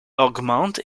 augmente